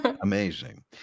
Amazing